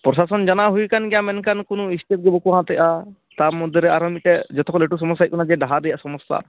ᱯᱚᱨᱥᱟᱥᱚᱱ ᱡᱟᱱᱟᱣ ᱦᱩᱭᱟᱠᱟᱱ ᱜᱮᱭᱟ ᱢᱮᱱᱠᱷᱟᱱ ᱠᱚᱱᱳ ᱮᱥᱴᱮᱯ ᱜᱮ ᱵᱟᱠᱚ ᱦᱟᱛᱮᱜᱼᱟ ᱛᱟᱨ ᱢᱚᱫᱽᱫᱷᱮ ᱨᱮ ᱟᱨᱚ ᱢᱤᱫᱴᱮᱡ ᱡᱚᱛᱚ ᱠᱷᱚᱡ ᱞᱟᱹᱴᱩ ᱥᱚᱢᱳᱥᱟ ᱦᱩᱭᱩᱜ ᱠᱟᱱᱟ ᱡᱮ ᱰᱟᱦᱟᱨ ᱨᱮᱭᱟᱜ ᱥᱚᱢᱳᱥᱟ